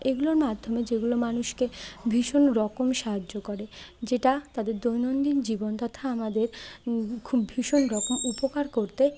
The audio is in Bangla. এগুলোর মাধ্যমে যেগুলো মানুষকে ভীষণ রকম সাহায্য করে যেটা তাদের দৈনন্দিন জীবন তথা আমাদের খুব ভীষণ রকম উপকার করতে হেল্প করে